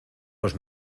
los